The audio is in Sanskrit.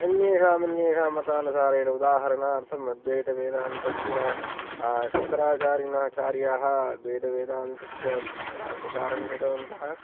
अन्येषाम् अन्येषाम् मतानुसारेण उदाहरणार्थम् अद्वैतवेदान्तस्य शङ्कराचारिणाचार्याः अद्वैतवेदान्तस्य प्र प्रचारं कृतवन्तः